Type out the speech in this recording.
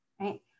right